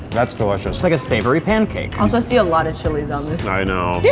that's delicious. it's like a savory pancake. i also see a lot of chilies on this. i know.